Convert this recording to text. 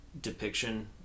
depiction